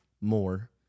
more